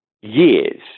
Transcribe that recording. years